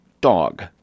Dog